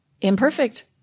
Imperfect